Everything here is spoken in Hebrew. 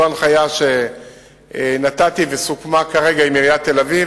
זו ההנחיה שנתתי וסוכמה כרגע עם עיריית תל-אביב,